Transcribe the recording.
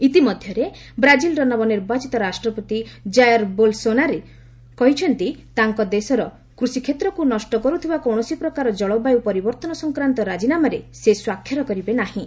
ଇତିମଧ୍ୟରେ ବ୍ରାଜିଲର ନବନିର୍ବାଚିତ ରାଷ୍ଟ୍ରପତି ଜାଏର୍ ବୋଲ୍ସୋନାରୋ କହିଛନ୍ତି ତାଙ୍କ ଦେଶର କୃଷିକ୍ଷେତ୍ରକୁ ନଷ୍ଟ କରୁଥିବା କୌଣସି ପ୍ରକାର ଜଳବାୟୁ ପରିବର୍ତ୍ତନ ସଂକ୍ରାନ୍ତ ରାଜିନାମାରେ ସେ ସ୍ୱାକ୍ଷର କରିବେ ନାହିଁ